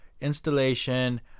installation